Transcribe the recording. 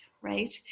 right